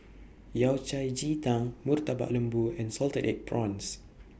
Yao Cai Ji Tang Murtabak Lembu and Salted Egg Prawns